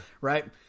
right